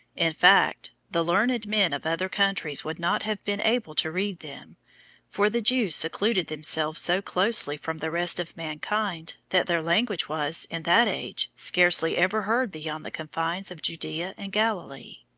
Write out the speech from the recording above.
in fact, the learned men of other countries would not have been able to read them for the jews secluded themselves so closely from the rest of mankind, that their language was, in that age, scarcely ever heard beyond the confines of judea and galilee.